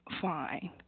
fine